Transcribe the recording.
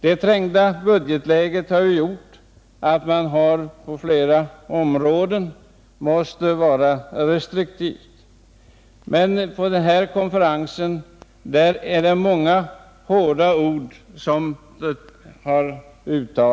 Det trängda budgetläget har ju gjort att finansministern på många områden måst vara restriktiv. Men på denna konferens har många hårda ord yttrats.